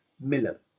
Miller